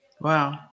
Wow